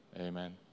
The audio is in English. Amen